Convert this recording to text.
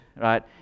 right